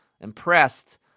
Impressed